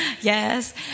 yes